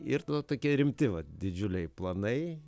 ir nu tokie rimti vat didžiuliai planai